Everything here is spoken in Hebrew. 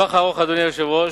בטווח הארוך, אדוני היושב-ראש,